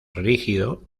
rígido